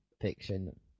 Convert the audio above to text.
fiction